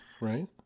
right